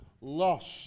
lost